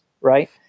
right